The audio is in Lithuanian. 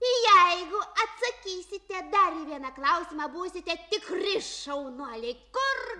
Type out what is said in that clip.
jeigu atsakysite dar į vieną klausimą būsite tikri šaunuoliai kur